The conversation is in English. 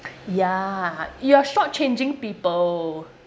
ya you are shortchanging people